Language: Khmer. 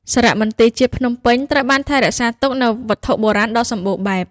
សារមន្ទីរជាតិភ្នំពេញត្រូវបានថែរក្សាទុកនូវវត្ថុបុរាណដ៏សំបូរបែប។